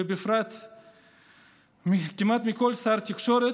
ובפרט כמעט מכל שר תקשורת,